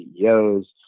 CEOs